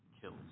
kills